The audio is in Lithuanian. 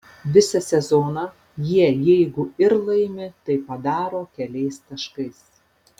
visą sezoną jie jeigu ir laimi tai padaro keliais taškais